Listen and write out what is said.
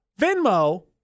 Venmo